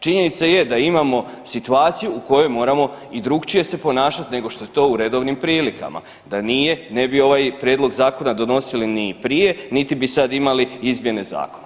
Činjenica je da imamo situaciju u kojoj moramo i drukčije se ponašati nego što je to u redovnim prilikama, da nije ne bi ovaj prijedlog zakona donosili ni prije, niti bi sad imali izmjene zakona.